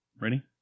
ready